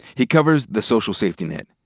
he covers the social safety net.